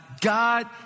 God